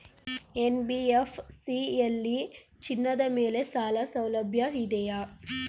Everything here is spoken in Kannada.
ಎನ್.ಬಿ.ಎಫ್.ಸಿ ಯಲ್ಲಿ ಚಿನ್ನದ ಮೇಲೆ ಸಾಲಸೌಲಭ್ಯ ಇದೆಯಾ?